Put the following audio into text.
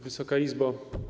Wysoka Izbo!